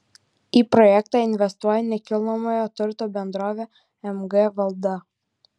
į projektą investuoja nekilnojamojo turto bendrovė mg valda